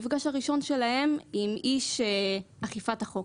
המפגש הראשון שלהם עם איש אכיפת החוק,